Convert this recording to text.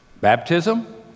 baptism